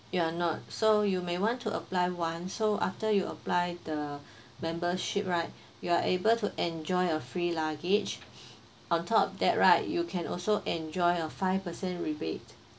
you are not so you may want to apply one so after you apply the membership right you are able to enjoy a free luggage on top of that right you can also enjoy a five percent rebate